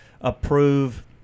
approve